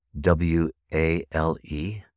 W-A-L-E